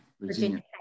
Virginia